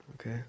Okay